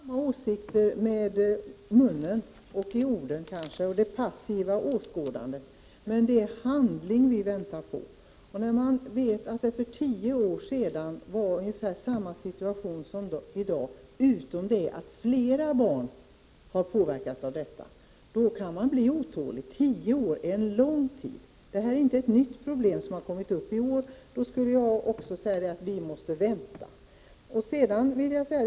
Herr talman! Vi har samma åsikter i ord och kanske när det gäller det passiva åskådandet. Men det är handlingar vi väntar på. När man vet att det för tio år sedan var ungefär samma situation som i dag utom att det i dag är fler barn som har påverkats, då kan man bli otålig. Tio år är en lång tid. Det här är inte något nytt problem som har kommit upp i år. Var det så skulle jag — Prot. 1989/90:26 också säga att vi måste vänta.